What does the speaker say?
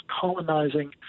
colonizing